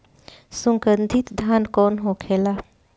सुगन्धित धान कौन होखेला?